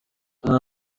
nta